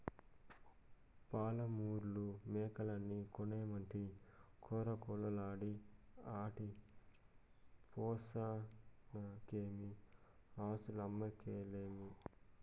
పాలమూరు మేకల్ని కొనమంటినని కొరకొరలాడ ఆటి పోసనకేమీ ఆస్థులమ్మక్కర్లే